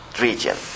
region